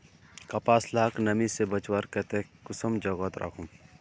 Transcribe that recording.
कपास लाक नमी से बचवार केते कुंसम जोगोत राखुम?